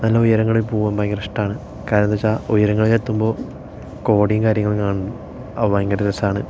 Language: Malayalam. നല്ല ഉയരങ്ങളില് പോകാന് ഭയങ്കര ഇഷ്ടമാണ് കാര്യം എന്ന് വെച്ചാൽ ഉയരങ്ങളില് എത്തുമ്പോൾ കോടയും കാര്യങ്ങളും കാണും അ ഭയങ്കര രസമാണ്